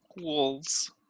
wolves